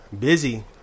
Busy